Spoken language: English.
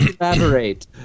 elaborate